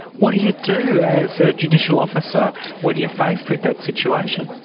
what do you do as a judicial officer when you are faced with that situation?